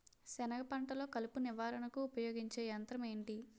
సెనగ పంటలో కలుపు నివారణకు ఉపయోగించే యంత్రం ఏంటి?